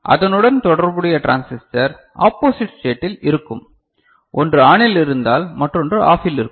அதனுடன் தொடர்புடைய transistor opposite ஸ்டேடில் இருக்கும் ஒன்று ஆனில் இருந்தால் மற்றொன்று ஆஃபில் இருக்கும்